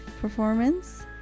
performance